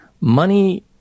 money